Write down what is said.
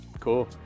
Cool